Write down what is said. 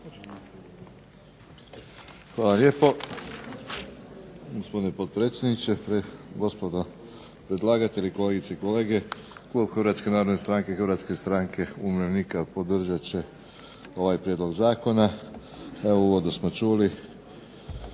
Hvala lijepo, gospodine potpredsjedniče. Gospodo predlagatelji, kolegice i kolege. Klub Hrvatske narodne stranke i Hrvatske stranke umirovljenika podržat će ovaj prijedlog zakona. U uvodu smo čuli